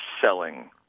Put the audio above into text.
selling